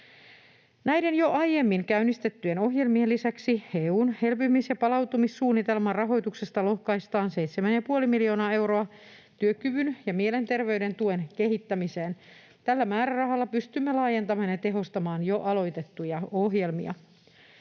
Näiden jo aiemmin käynnistettyjen ohjelmien lisäksi EU:n elpymis‑ ja palautumissuunnitelman rahoituksesta lohkaistaan 7,5 miljoonaa euroa työkyvyn ja mielenterveyden tuen kehittämiseen. Tällä määrärahalla pystymme laajentamaan ja tehostamaan jo aloitettuja ohjelmia.